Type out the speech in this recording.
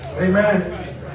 Amen